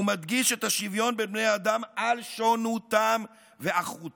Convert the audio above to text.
הוא מדגיש את השוויון בין בני האדם על שונותם ואחרותם.